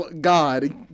God